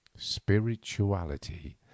spirituality